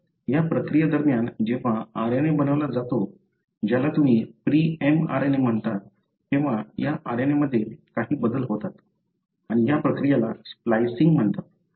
आता या प्रक्रियेदरम्यान जेव्हा RNA बनवला जातो ज्याला तुम्ही प्री mRNA म्हणता तेव्हा या RNA मध्ये काही बदल होतात आणि या प्रक्रियेला स्प्लायसिंग म्हणतात